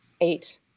eight